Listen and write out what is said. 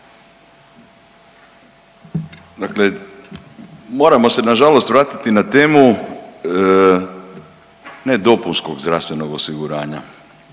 Dakle, moramo se nažalost vratiti na temu ne dopunskog zdravstvenog osiguranja